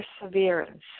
perseverance